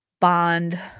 bond